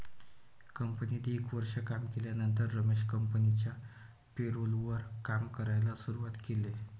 कंपनीत एक वर्ष काम केल्यानंतर रमेश कंपनिच्या पेरोल वर काम करायला शुरुवात केले